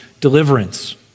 deliverance